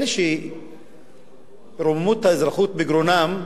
אלה שרוממות האזרחות בגרונם,